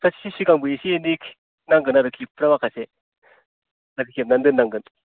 सप्तासे सिगांबोे एसे एनै नांगोन आरोखि खेबग्रा माखासे खेबनानै दोन्नांगोन